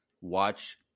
watch